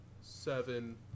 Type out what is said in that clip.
seven